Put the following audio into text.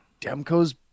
Demko's